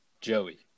Joey